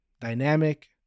dynamic